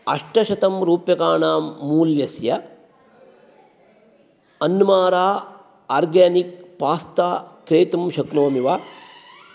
अष्टशतं रूप्यकाणां मूल्यस्य अन्मारा आर्गेनिक् पास्ता क्रेतुं शक्नोमि वा